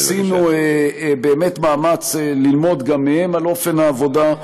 עשינו באמת מאמץ ללמוד גם מהם על אופן העבודה.